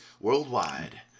worldwide